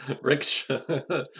Rickshaw